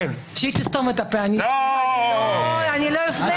כשהיא תסתום את הפה, אני לא אפנה אליה.